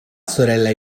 sorella